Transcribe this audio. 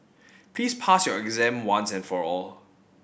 please pass your exam once and for all